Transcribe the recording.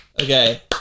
Okay